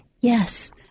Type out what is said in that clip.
Yes